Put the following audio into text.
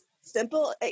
simple